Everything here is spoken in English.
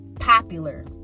popular